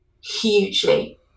hugely